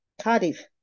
Cardiff